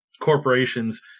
corporations